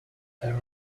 there